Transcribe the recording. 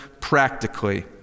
practically